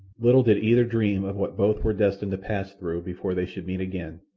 little did either dream of what both were destined to pass through before they should meet again,